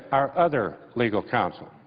our other legal counsel,